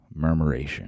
Murmuration